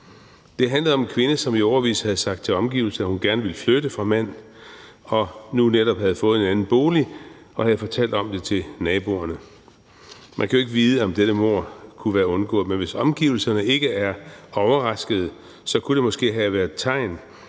Det handlede om en kvinde, som i årevis havde sagt til omgivelserne, at hun gerne ville flytte fra manden, og nu netop havde fået en anden bolig og havde fortalt om det til naboerne. Man kan jo ikke vide, om dette mord kunne have været undgået, men hvis omgivelserne ikke er overraskede, kunne det måske have været et tegn,